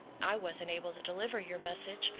i wasn't able to deliver your message.